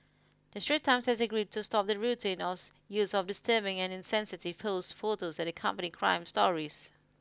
the Straits Times has agreed to stop the routine use of disturbing and insensitive posed photos that accompany crime stories